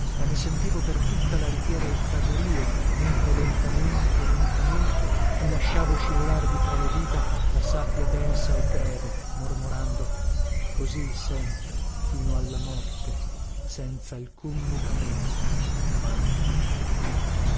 ma ne sentivo per tutta la riviera il fragorìo mentre lentamente lentamente mi lasciavo scivolar di tra le dita la sabbia densa e greve mormorando così sempre fino alla morte senzalcun mutamento mai